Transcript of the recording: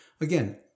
again